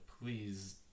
please